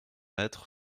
être